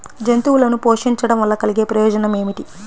జంతువులను పోషించడం వల్ల కలిగే ప్రయోజనం ఏమిటీ?